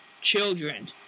children